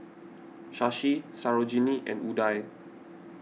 Shashi Sarojini and Udai